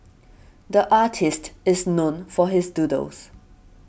the artist is known for his doodles